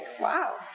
Wow